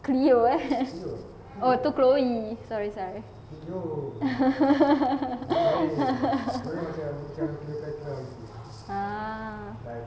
cleo eh oh to chloe sorry sorry ah